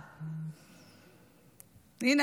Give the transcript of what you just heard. הינה,